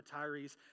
retirees